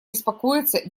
беспокоиться